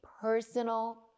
personal